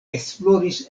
esploris